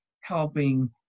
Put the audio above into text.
helping